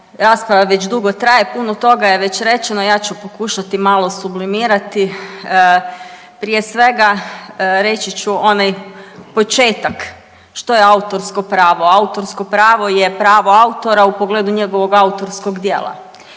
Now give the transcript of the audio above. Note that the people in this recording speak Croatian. rasprava već dugo traje, puno toga je već rečeno, ja ću pokušati malo sublimirati. Prije svega reći ću onaj početak što je autorsko pravo. Autorsko pravo je pravo autora u pogledu njegovog autorskog djela.